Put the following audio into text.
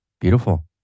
Beautiful